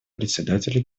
председателя